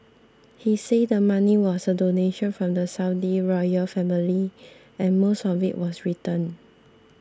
he said the money was a donation from the Saudi royal family and most of it was returned